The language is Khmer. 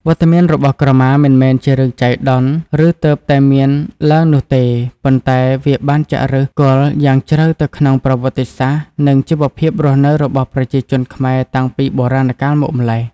វត្តមានរបស់ក្រមាមិនមែនជារឿងចៃដន្យ ឬទើបតែមានឡើងនោះទេ ប៉ុន្តែវាបានចាក់ឫសគល់យ៉ាងជ្រៅទៅក្នុងប្រវត្តិសាស្ត្រ និងជីវភាពរស់នៅរបស់ប្រជាជនខ្មែរតាំងពីបុរាណកាលមកម្ល៉េះ។